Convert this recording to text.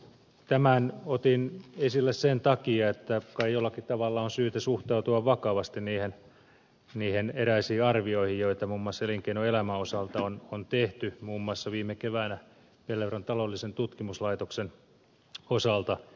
tämän otin esille sen takia että kai jollakin tavalla on syytä suhtautua vakavasti niihin eräisiin arvioihin joita muun muassa elinkeinoelämän osalta on tehty muun muassa viime keväänä pellervon taloudellisen tutkimuslaitoksen osalta